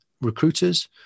recruiters